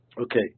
okay